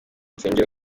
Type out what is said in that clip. insengero